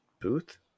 Booth